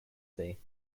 day